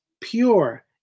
pure